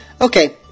Okay